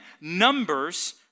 numbers